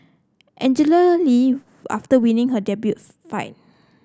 Angela Lee after winning her debut fight